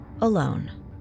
alone